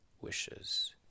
wishes